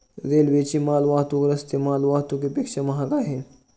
रेल्वेची माल वाहतूक रस्ते माल वाहतुकीपेक्षा महाग आहे